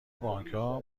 بانکها